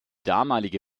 damalige